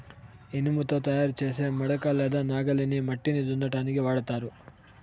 ఇనుముతో తయారు చేసే మడక లేదా నాగలిని మట్టిని దున్నటానికి వాడతారు